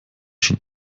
schon